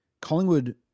Collingwood